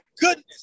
goodness